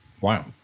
Wow